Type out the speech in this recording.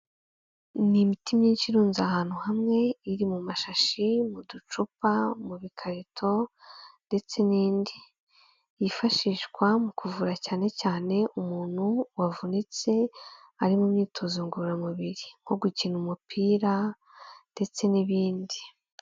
Ni imiti myinshi irunze ahantu hamwe iri mu mashashi, mu ducupa, mu bikarito ndetse n'indi, yifashishwa mu kuvura cyane cyane umuntu wavunitse ari mu myitozo ngororamubiri, nko gukina umupira ndetse n'ibindi.